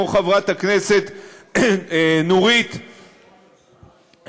כמו חברת הכנסת נורית קורן,